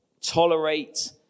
tolerate